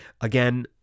again